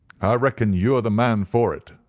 reckon you are the man for it,